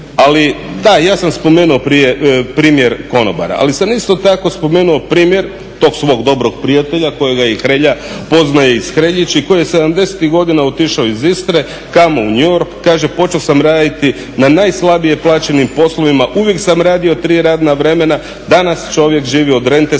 Ali da ja sam spomenuo primjer konobara, ali sam isto tako spomenuo primjer tog svog dobrog prijatelja kojeg Hrelja poznaje iz … i koji je sedamdesetih godina otišao iz Istre. Kamo? U New York. Kaže počeo sam raditi na najslabije plaćenim poslovima, uvijek sam radio tri radna vremena, danas čovjek živi od rente